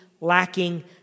lacking